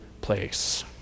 place